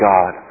God